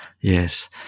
Yes